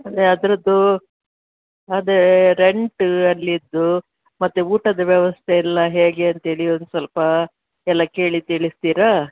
ಅದೆ ಅದರದ್ದು ಅದೇ ರೆಂಟ್ ಅಲ್ಲಿದ್ದು ಮತ್ತೆ ಊಟದ್ದು ವ್ಯವಸ್ಥೆಯೆಲ್ಲ ಹೇಗೆ ಅಂತೇಳಿ ಒಂದು ಸ್ವಲ್ಪ ಎಲ್ಲ ಕೇಳಿ ತಿಳಿಸ್ತೀರಾ